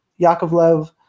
Yakovlev